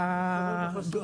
שונות.